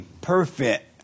perfect